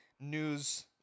news